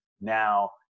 now